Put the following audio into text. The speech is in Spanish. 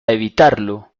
evitarlo